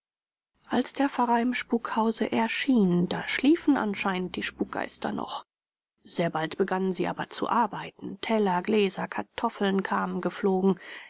als der pfarrer im spukhause erschien da schliefen anscheinend die spukgeister noch sehr bald begannen sie aber zu arbeiten teller gläser kartoffeln kamen geflogen